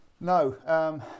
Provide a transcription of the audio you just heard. No